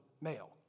male